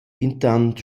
intant